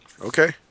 Okay